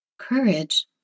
Courage